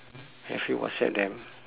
have you whatsapp them